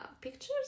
pictures